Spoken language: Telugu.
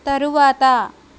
తరువాత